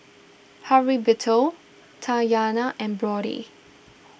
Heriberto Tatyana and Brody